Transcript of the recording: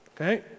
okay